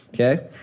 Okay